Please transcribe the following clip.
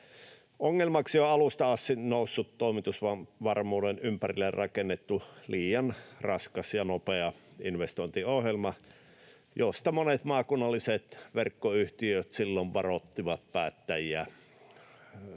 Ongelmaksi on alusta asti noussut toimitusvarmuuden ympärille rakennettu liian raskas ja nopea investointiohjelma, josta monet maakunnalliset verkkoyhtiöt silloin varoittivat päättäjiä.